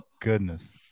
Goodness